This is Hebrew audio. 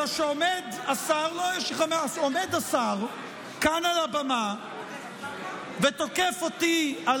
אלא שעומד השר כאן על הבמה ותוקף אותי על